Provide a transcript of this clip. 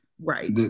Right